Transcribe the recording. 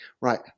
right